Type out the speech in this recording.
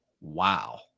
wow